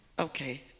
Okay